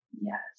Yes